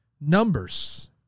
Numbers